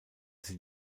sie